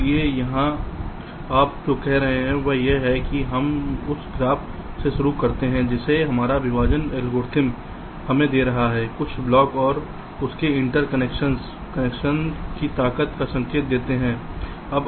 इसलिए यहां आप जो कह रहे हैं वह यह है कि हम उस ग्राफ से शुरू करते हैं जिसे हमारा विभाजन एल्गोरिदम हमें दे रहा है कुछ ब्लॉक और उनके इंटरकनेक्शन्स कनेक्शन की ताकत का संकेत देते हैं